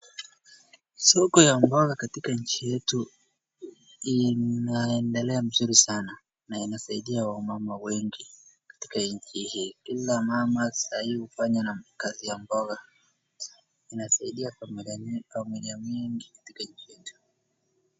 Soko ya boga katika nchi yetu inaendelea mzuri sana inasaidia wamama wengi katika nchi hii, Kila mama sai hufanya kazi ya mboga inasaidia familia mingi katika nchi yetu.